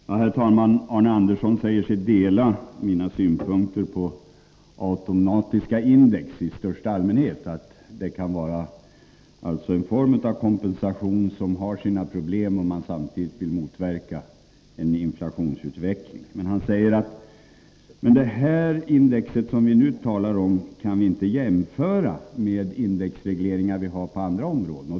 Nr 11 Herr talman! Arne Andersson säger sig dela mina synpunkter på Torsdagen den automatiska index i största allmänhet. De kan vara en form av kompensation — 20 oktober 1983 som medför problem om man samtidigt vill motverka inflation. Men han säger att det index vi nu talar om inte kan jämföras med indexregleringar vi Allmänpolitisk dehar på andra områden.